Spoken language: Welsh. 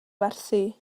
werthu